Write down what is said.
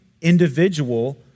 individual